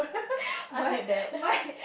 I heard that